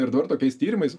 ir dabar tokiais tyrimais